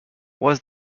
was